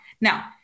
Now